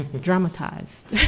dramatized